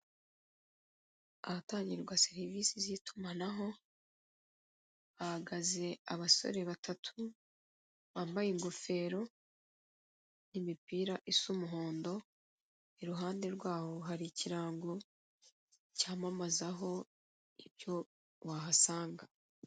Ahatangirwa serivisi z'itumanaho, hahagaze abasore batatu bambaye ingofero n'imipira isa umuhondo, iruhande rwaho hari ikirango cyamamazaho ibyo wahasanga.